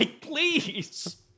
Please